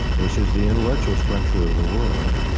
which is the intellectual structure of the world,